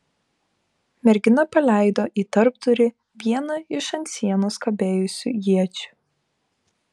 mergina paleido į tarpdurį vieną iš ant sienos kabėjusių iečių